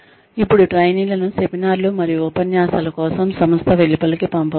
ఇప్పుడు ట్రైనీలను సెమినార్లు మరియు ఉపన్యాసాల కోసం సంస్థ వెలుపలకి పంపవచ్చు